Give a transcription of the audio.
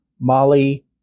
Molly